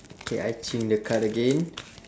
K I change the card again